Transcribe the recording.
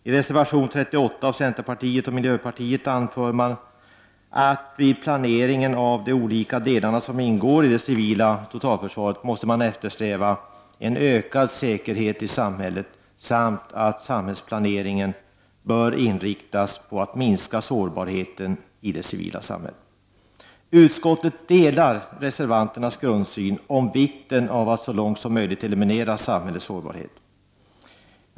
I reservation 38 av centerpartiet och miljöpartiet anförs det att man vid planeringen av de olika delar som ingår i det civila totalförsvaret måste eftersträva en ökad säkerhet i samhället samt att samhällsplaneringen bör inriktas på att minska sårbarheten i det civila samhället. Utskottet delar reservanternas grundsyn om vikten av att man så långt som möjligt eliminerar samhällets sårbarhet.